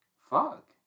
fuck